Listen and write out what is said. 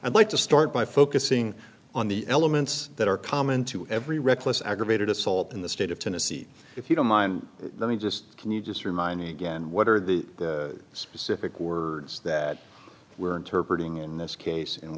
and like to start by focusing on the elements that are common to every reckless aggravated assault in the state of tennessee if you don't mind let me just can you just remind me again what are the specific words that were interpreted in this case and